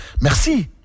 Merci